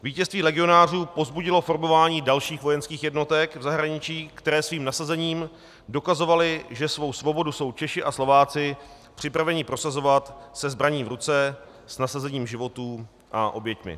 Vítězství legionářů povzbudilo formování dalších vojenských jednotek v zahraničí, které svým nasazením dokazovaly, že svou svobodu jsou Češi a Slováci připraveni prosazovat se zbraní v ruce, s nasazením životů a oběťmi.